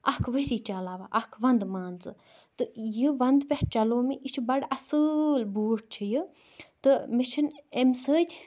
اَکھ ؤری چَلاوان اکھ وَندٕ مان ژِ تہ یہ وَندِ پیٹھ چَلوو مےٚ یہِ چھُ بَڈٕ اصۭل بوٗٹھ چھ یہِ تہ مےٚ چھنہ امہِ سۭتۍ